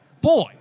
Boy